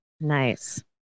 Nice